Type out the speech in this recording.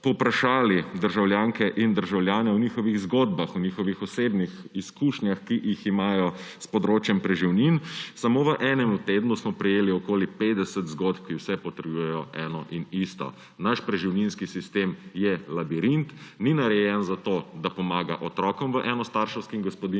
državljanke in državljane o njihovih zgodbah, o njihovih osebnih izkušnjah, ki jih imajo s področjem preživnin. Samo v enemu tednu smo prejeli okoli 50 zgodb, ki vse potrjujejo eno in isto – naš preživninski sistem je labirint, ni narejen, da pomaga otrokom v enostarševskih gospodinjstvih,